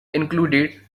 included